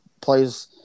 plays